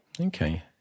Okay